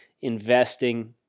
investing